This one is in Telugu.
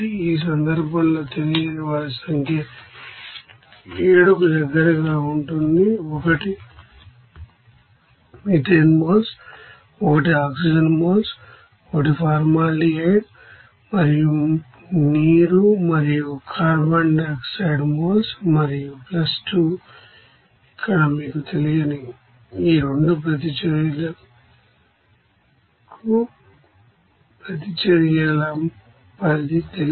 ఈ సందర్భంలో తెలియని వారి సంఖ్య 7 కి దగ్గరగా ఉంటుంది ఒకటి మీథేన్ మోల్స్ ఒకటి ఆక్సిజన్ మోల్స్ ఒకటి ఫార్మాల్డిహైడ్ మరియు నీరు మరియు కార్బన్ డయాక్సైడ్ మోల్స్ మరియు 2 ఇక్కడ మీకు తెలియని ఈ 2 ప్రతిచర్యకు ప్రతిచర్యల పరిధి తెలుసు